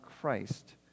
Christ